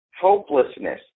hopelessness